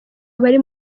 abari